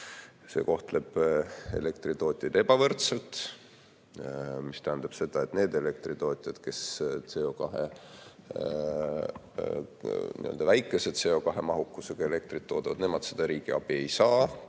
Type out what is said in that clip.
See kohtleb elektritootjaid ebavõrdselt. See tähendab seda, et need elektritootjad, kes nii-öelda väikese CO2‑mahukusega elektrit toodavad, seda riigiabi ei saa,